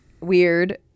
weird